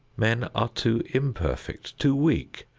men are too imperfect, too weak,